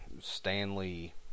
Stanley